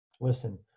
listen